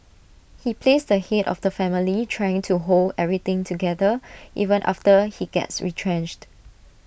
he plays the Head of the family trying to hold everything together even after he gets retrenched